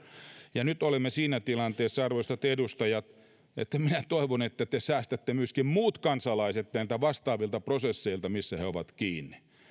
ja nyt olemme siinä tilanteessa arvoisat edustajat että toivon että te säästätte myöskin muut kansalaiset näiltä vastaavilta prosesseilta missä he ovat kiinni